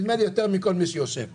נדמה לי יותר מכל מי שיושב פה.